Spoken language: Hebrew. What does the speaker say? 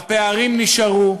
הפערים נשארו,